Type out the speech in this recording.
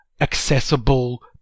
accessible